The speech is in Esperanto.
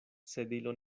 sedilo